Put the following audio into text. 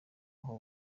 aho